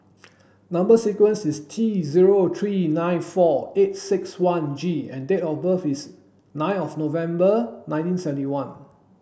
number sequence is T zero three nine four eight six one G and date of birth is nine of November nineteen seventy one